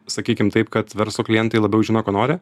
sakykim taip kad verslo klientai labiau žino ko nori